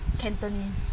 cantonese